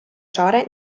saare